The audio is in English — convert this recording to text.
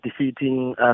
defeating